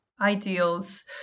ideals